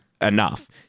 enough